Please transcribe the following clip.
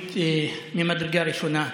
אנושית ממדרגה ראשונה,